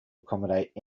accommodate